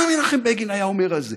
מה מנחם בגין היה אומר על זה?